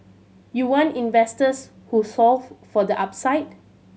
you want investors who solve for the upside